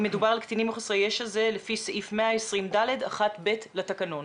אם מדובר על קטינים או חסרי ישע זה לפי סעיף 120.ד.1.ב לתקנון.